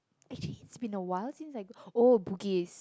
actually it's been awhile since I go oh Bugis